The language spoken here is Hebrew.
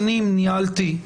שנים ניהלתי,